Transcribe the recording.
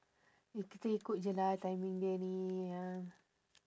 eh kita ikut aja lah timing dia ini sayang